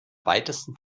weitesten